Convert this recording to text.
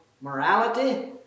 morality